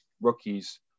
rookies